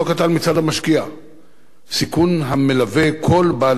סיכון המלווה כל בעל עסק ויזם והינו